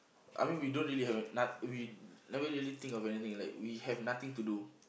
I mean we don't really have no~ we never really think of anything like we have nothing to do